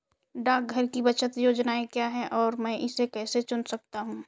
डाकघर की बचत योजनाएँ क्या हैं और मैं इसे कैसे चुन सकता हूँ?